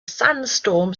sandstorm